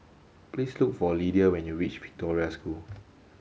please look for Lydia when you reach Victoria School